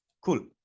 Cool